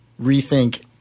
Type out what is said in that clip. rethink